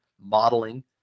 modeling